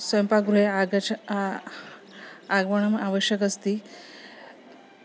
स्वयम्पागृहे आगच्छ आगमनम् आवश्यकमस्ति